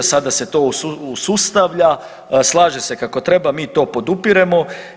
Sada se to usustavlja, slaže se kako treba, mi to podupiremo.